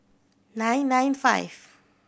nine nine five